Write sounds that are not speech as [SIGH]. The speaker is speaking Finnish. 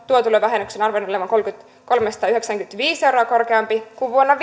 työtulovähennyksen arvellaan olevan kolmesataayhdeksänkymmentäviisi euroa korkeampi kuin vuonna [UNINTELLIGIBLE]